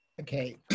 Okay